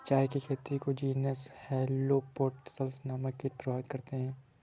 चाय की खेती को जीनस हेलो पेटल्स नामक कीट प्रभावित करते हैं